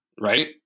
right